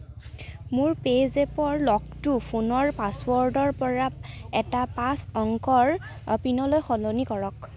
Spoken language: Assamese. মোৰ পে'জেপৰ লকটো ফোনৰ পাছৱৰ্ডৰ পৰা এটা পাঁচ অংকৰ পিনলৈ সলনি কৰক